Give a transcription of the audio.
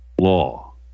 law